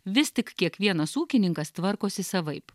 vis tik kiekvienas ūkininkas tvarkosi savaip